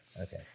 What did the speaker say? okay